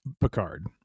Picard